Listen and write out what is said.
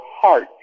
heart